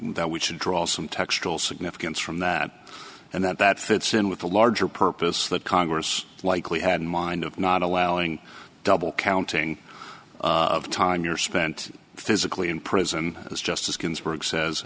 that we should draw some textual significance from that and that that fits in with the larger purpose that congress likely had in mind of not allowing double counting of time your spent physically in prison as justice ginsburg says